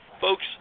folks